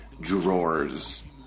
drawers